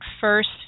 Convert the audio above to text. first